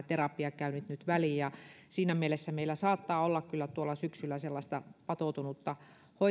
terapiakäynnit nyt väliin siinä mielessä meillä saattaa olla kyllä tuolla syksyllä sellaista patoutunutta